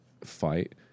fight